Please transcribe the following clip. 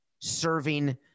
serving